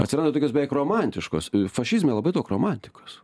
atsirado tokios beveik romantiškos fašizme labai daug romantikos